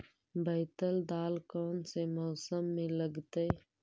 बैतल दाल कौन से मौसम में लगतैई?